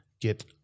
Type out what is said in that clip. get